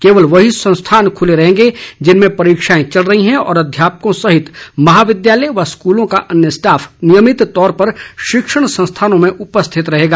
केवल वही संस्थान खुले रहेंगे जिनमें परीक्षाएं चल रही हैं और अध्यापकों सहित महाविद्यालय व स्कूलों का अन्य स्टाफ नियमित तौर पर शिक्षण संस्थानों में उपस्थित रहेगा